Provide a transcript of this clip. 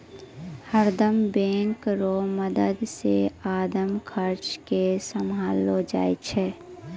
हरदम बैंक रो मदद से आमद खर्चा के सम्हारलो जाय छै